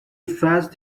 fast